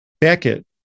Beckett